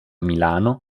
milano